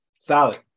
Solid